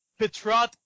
Petrot